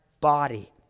body